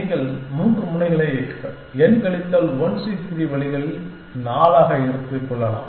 நீங்கள் மூன்று முனைகளை n கழித்தல் 1C 3 வழிகளில் 4 ஆக எடுத்துக் கொள்ளலாம்